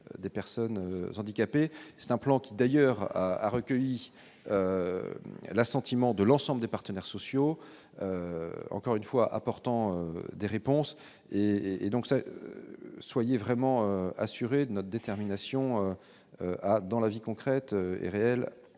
des personnes handicapées, c'est un plan qui d'ailleurs a recueilli l'assentiment de l'ensemble des partenaires sociaux, encore une fois, apportant des réponses et et donc ça soyez vraiment assurer notre détermination à dans la vie concrète et réelle,